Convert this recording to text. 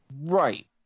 Right